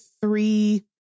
three